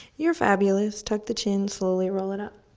you're fabulous. tuck the chin, slowly roll it up.